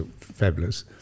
fabulous